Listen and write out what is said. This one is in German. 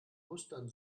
mustern